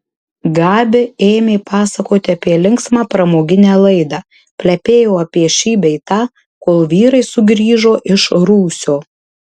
gabi ėmė pasakoti apie linksmą pramoginę laidą plepėjo apie šį bei tą kol vyrai sugrįžo iš rūsio